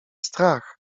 strach